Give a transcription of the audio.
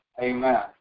Amen